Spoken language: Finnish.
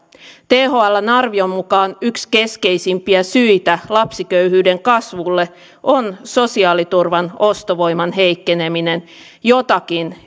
thln arvion mukaan yksi keskeisimpiä syitä lapsiköyhyyden kasvuun on sosiaaliturvan ostovoiman heikkeneminen